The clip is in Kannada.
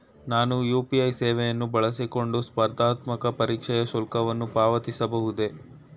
ನಾನು ಯು.ಪಿ.ಐ ಸೇವೆಯನ್ನು ಬಳಸಿಕೊಂಡು ಸ್ಪರ್ಧಾತ್ಮಕ ಪರೀಕ್ಷೆಯ ಶುಲ್ಕವನ್ನು ಪಾವತಿಸಬಹುದೇ?